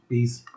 Peace